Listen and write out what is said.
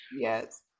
Yes